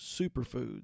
superfoods